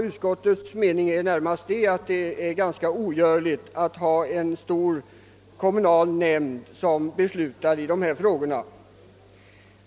Utskottets mening är närmast den, att det är nästan omöjligt för en stor kommunal nämnd att besluta i de här frågorna.